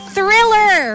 Thriller